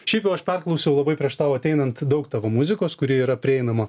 šiaip jau aš perklausiau labai prieš tau ateinant daug tavo muzikos kuri yra prieinama